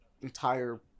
entire